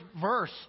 verse